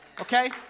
Okay